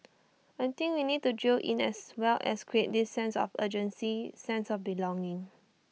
I think we need to drill in as well as create this sense of urgency sense of belonging